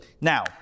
Now